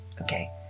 Okay